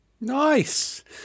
Nice